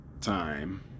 time